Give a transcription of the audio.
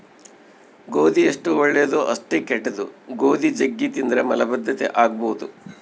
ಗೋಧಿ ಎಷ್ಟು ಒಳ್ಳೆದೊ ಅಷ್ಟೇ ಕೆಟ್ದು, ಗೋಧಿ ಜಗ್ಗಿ ತಿಂದ್ರ ಮಲಬದ್ಧತೆ ಆಗಬೊದು